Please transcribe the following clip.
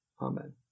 amen